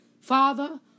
Father